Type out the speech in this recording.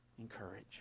encourage